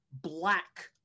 black